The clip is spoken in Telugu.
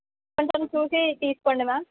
కొంచెం చూసి తీసుకోండి మ్యామ్